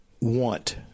want